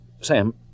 Sam